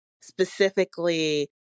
specifically